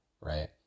right